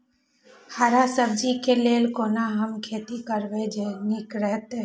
हरा सब्जी के लेल कोना हम खेती करब जे नीक रहैत?